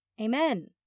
amen